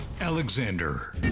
Alexander